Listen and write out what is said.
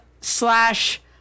slash